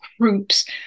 groups